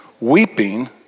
weeping